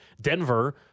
Denver